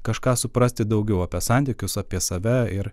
kažką suprasti daugiau apie santykius apie save ir